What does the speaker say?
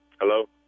Hello